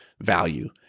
value